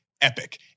epic